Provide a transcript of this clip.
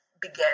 began